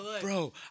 Bro